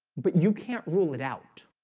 but you can't rule it out